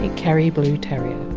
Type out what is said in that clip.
and kerry blue terrier.